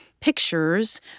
pictures